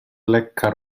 lekka